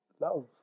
love